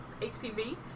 HPV